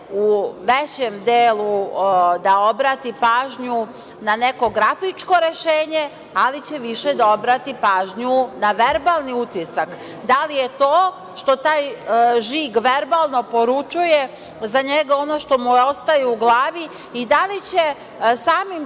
u većem delu da obrati pažnju na neko grafičko rešenje, ali će više da obrati pažnju na verbalni utisak, da li je to što taj žig verbalno poručuje za njega ono što mu ostaje u glavi i da li će samim